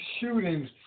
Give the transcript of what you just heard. shootings